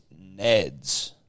Neds